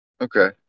okay